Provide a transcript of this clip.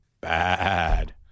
Bad